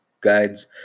guides